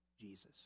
Jesus